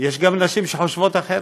את יכולה להגיד דברים בשם עצמך.